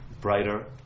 brighter